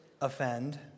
offend